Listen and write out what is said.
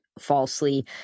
Falsely